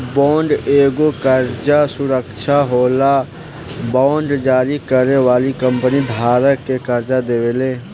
bond एगो कर्जा सुरक्षा होला आ बांड जारी करे वाली कंपनी धारक के कर्जा देवेले